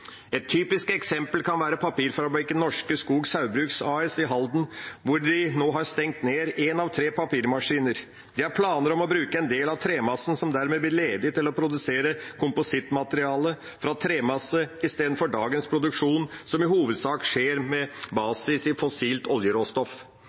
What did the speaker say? Et typisk eksempel kan være papirfabrikken Norske Skog Saugbrugs AS i Halden, hvor de nå har stengt ned en av tre papirmaskiner. Det er planer om å bruke en del av tremassen som dermed blir ledig, til å produsere komposittmateriale fra tremasse i stedet for dagens produksjon, som i hovedsak skjer med